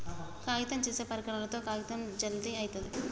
కాగితం చేసే పరికరాలతో కాగితం జల్ది అయితది